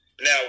Now